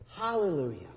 Hallelujah